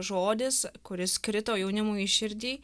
žodis kuris krito jaunimui į širdį